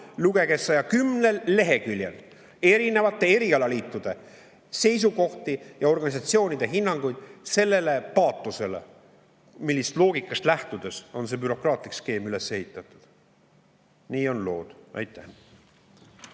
lugege 110 leheküljel erinevate erialaliitude seisukohti ja organisatsioonide hinnanguid sellele paatosele, millisest loogikast lähtudes on see bürokraatlik skeem üles ehitatud. Nii on lood. Aitäh!